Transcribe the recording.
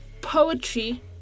poetry